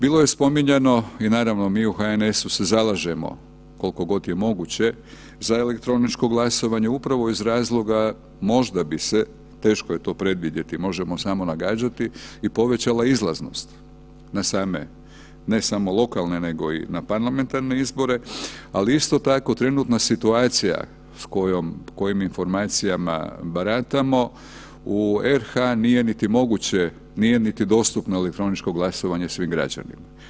Bilo je spominjano, i naravno, mi u HNS-u se zalažemo, koliko god je moguće za elektroničko glasovanje upravo iz razloga, možda bi se, teško je to predvidjeti, možemo samo nagađati i povećala izlaznost na same, ne samo lokalne nego i na parlamentarne izbore, ali isto tako, trenutna situacija s kojoj informacijama baratamo, u RH nije niti moguće, nije niti dostupno elektroničko glasovanje svim građanima.